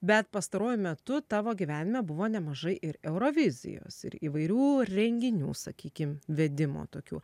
bet pastaruoju metu tavo gyvenime buvo nemažai ir eurovizijos ir įvairių renginių sakykim vedimo tokių